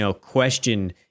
question